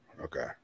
Okay